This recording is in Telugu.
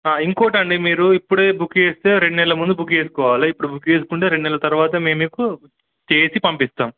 ఇంకోటండి మీరు ఇప్పుడే బుక్ చేస్తే రెండు నెల్ల ముందు బుక్ చేసుకోవాలి ఇప్పుడు బుక్ చేసుకుంటే రెండు నెల్ల తర్వాత మేము మీకు చేసి పంపిస్తాం